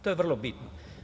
To je vrlo bitno.